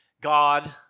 God